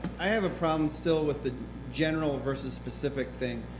i have a problem still with the general versus specific thing.